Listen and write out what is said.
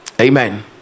Amen